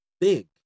big